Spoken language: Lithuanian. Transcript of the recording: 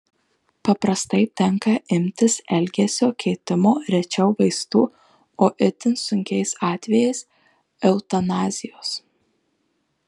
paprastai tenka imtis elgesio keitimo rečiau vaistų o itin sunkiais atvejais eutanazijos